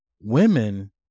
women